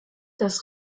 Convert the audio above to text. das